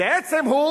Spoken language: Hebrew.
בעצם הוא